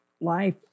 life